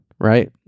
right